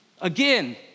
Again